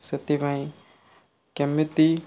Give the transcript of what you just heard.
ସେଥିପାଇଁ କେମିତି